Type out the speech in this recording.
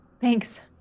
thanks